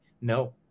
no